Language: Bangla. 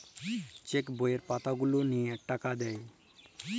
চেক বইয়ের পাতা গুলা লিয়ে টাকা দেয়